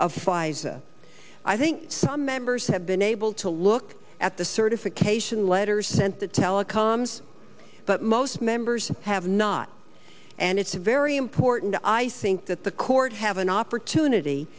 pfizer i think some members have been able to look at the certification letter sent the telecoms but most members have not and it's very important i think that the court have an opportunity